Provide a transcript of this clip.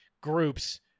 groups